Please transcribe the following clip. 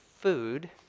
food